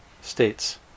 states